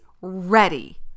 ready